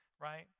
right